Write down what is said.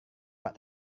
pak